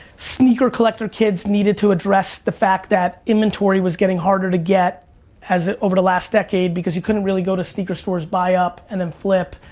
sneaker collector kids needed to address the fact that inventory was getting harder to get over the last decade because you couldn't really go to sneaker stores, buy up and then flip,